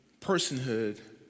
personhood